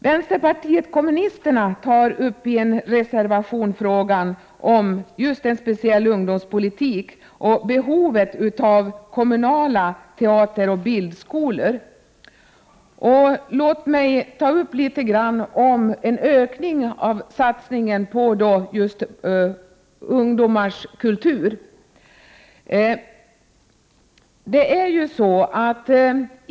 Vänsterpartiet kommunisterna tar i en reservation upp frågan om just en speciell ungdomspolitik och behovet av kommunala teateroch bildskolor. Låt mig säga något om en ökning av satsningen på just ungdomars kultur.